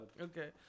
Okay